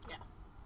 Yes